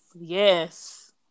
Yes